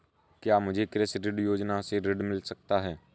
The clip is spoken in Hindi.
क्या मुझे कृषि ऋण योजना से ऋण मिल सकता है?